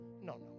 No